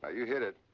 you hit it.